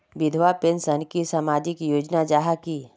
विधवा पेंशन की सामाजिक योजना जाहा की?